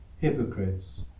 Hypocrites